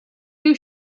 riu